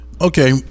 Okay